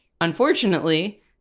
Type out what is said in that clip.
unfortunately